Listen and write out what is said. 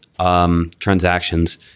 transactions